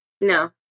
No